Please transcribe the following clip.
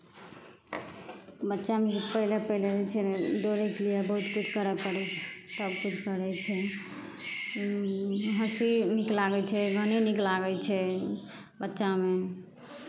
बच्चामे जे पहिले पहिले होइ छै ने दौड़यके लिए बहुत किछु करय पड़ै छै तब किछु करै छै हँसी नीक लागै छै गाने नीक लागै छै बच्चामे